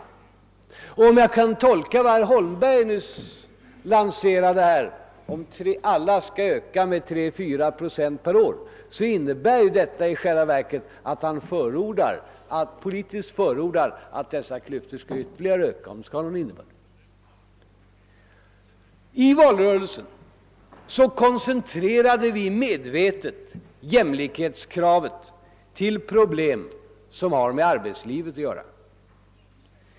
Vad herr Holmberg nyss sade om att allas inkomster bör öka med tre fyra procent per år innebär i själva verket, om jag tolkade det rätt, att han politiskt förordar att dessa klyftor skall öka ytterligare. I valrörelsen koncentrerade vi medvetet jämlikhetskravet till problem som har med arbetslivet att göra.